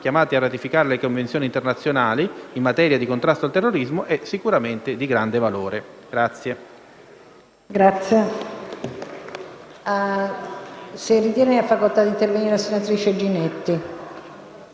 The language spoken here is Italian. chiamati a ratificare le convenzioni internazionali in materia di contrasto al terrorismo, è sicuramente di grande valore. *(Applausi